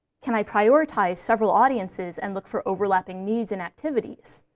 can i prioritize several audiences and look for overlapping needs and activities?